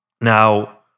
now